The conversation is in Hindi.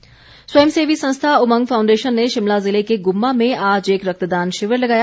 रक्तदान स्वयं सेवी संस्था उमंग फाउंडेशन ने शिमला ज़िले के गुम्मा में आज एक रक्तदान शिविर लगाया